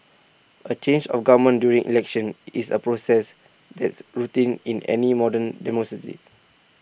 A change of government during elections is A process that's routine in any modern demo city